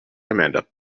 amanda